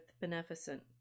beneficent